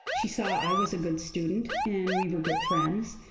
she saw i was a good student and we were good friends.